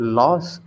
loss